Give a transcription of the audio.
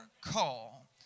call